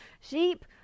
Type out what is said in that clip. Sheep